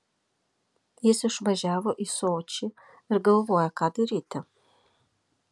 jis išvažiavo į sočį ir galvoja ką daryti